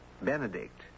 Benedict